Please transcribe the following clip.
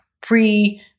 pre-